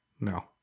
no